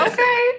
Okay